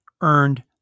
earned